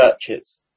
churches